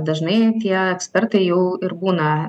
dažnai tie ekspertai jau ir būna